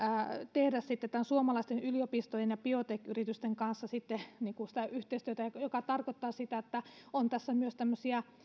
tehdä suomalaisten yliopistojen ja biotech yritysten kanssa yhteistyötä mikä tarkoittaa sitä että on tässä myös tämmöisiä